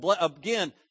Again